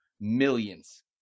millions